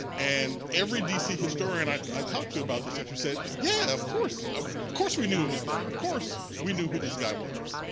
and every dc historian i i talked to about this statue said, yeah, of course ah of course we knew it was there. of course we knew who this guy was.